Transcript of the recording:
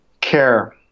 care